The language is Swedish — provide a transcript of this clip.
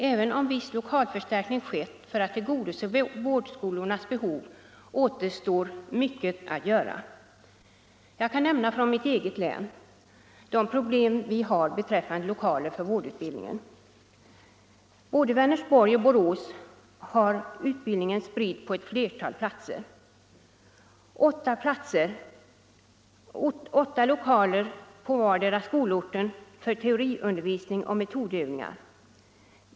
Även om viss lokalförstärkning skett för att tillgodose vårdskolornas behov återstår mycket att göra. Jag kan nämna som exempel mitt eget län, Älvsborgs, och de problem vi har beträffande lokaler för vårdutbildningen. Både Vänersborg och Borås har utbildningen spridd på ett flertal platser. Vi har åtta lokaler på vardera skolorten för teoriundervisning och metodövningar.